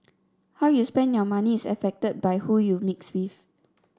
how you spend your money is affected by who you mix with